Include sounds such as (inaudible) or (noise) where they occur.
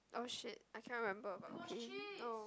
oh shit I cannot remember about (noise) oh